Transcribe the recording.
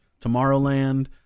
Tomorrowland